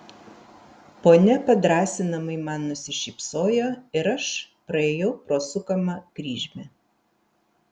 ponia padrąsinamai man nusišypsojo ir aš praėjau pro sukamą kryžmę